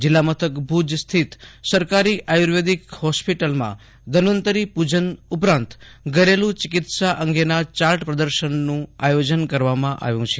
જીલ્લા મથક ભુજ સ્થિત સરકારી આયુર્વેદિક હોસ્પિટલમાં ધન્વંતરી પૂજન ઉપરાંત ધરેલું ચિકિત્સા અંગેના ચાર્ટ પ્રદર્શનનું આયોજન કરવામાં આવ્યું છે